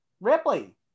Ripley